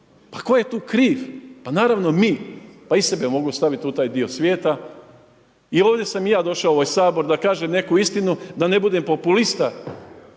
pa tko je tu kriv, pa naravno mi. Pa i sebe mogu staviti u taj dio svijeta jer i ovdje sam i ja došao u ovaj Sabor da kažem neku istinu, da ne budem populista.